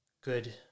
good